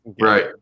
Right